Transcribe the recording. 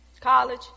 college